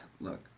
Look